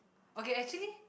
okay actually